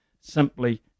simply